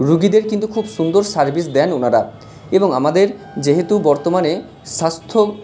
রুগীদের কিন্তু খুব সুন্দর সার্ভিস দেন ওনারা এবং আমাদের যেহেতু বর্তমানে স্বাস্থ্য